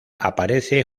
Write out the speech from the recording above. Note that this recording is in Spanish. aparece